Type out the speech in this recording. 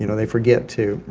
you know they forget too.